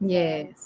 Yes